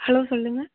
hello சொல்லுங்கள்